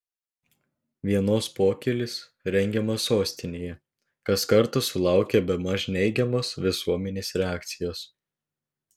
vienos pokylis rengiamas sostinėje kas kartą sulaukia bemaž neigiamos visuomenės reakcijos